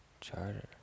Charter